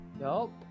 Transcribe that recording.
Nope